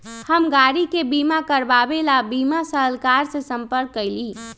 हम गाड़ी के बीमा करवावे ला बीमा सलाहकर से संपर्क कइली